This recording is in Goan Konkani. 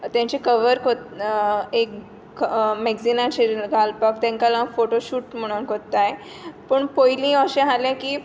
तांचे कव्हर एक मॅगझीनाचेर घालपाक ताका लागून फोटोशूट म्हूणून करतात पयलीं अशें आसलें की